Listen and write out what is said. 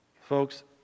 Folks